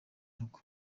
rugo